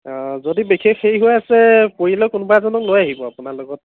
অঁ যদি বিশেষ হেৰি হৈ আছে কৰিলেও কোনোবা এজনক লৈ আহিব আপোনাৰ লগত